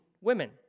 women